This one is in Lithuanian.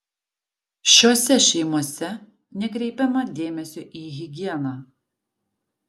šiose šeimose nekreipiama dėmesio į higieną